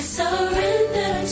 surrender